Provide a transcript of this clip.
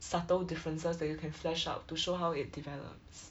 subtle differences that you can flesh out to show how it develops